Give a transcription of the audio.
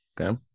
okay